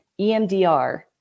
EMDR